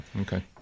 okay